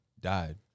Died